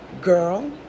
girl